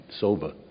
sober